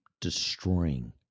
destroying